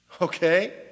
Okay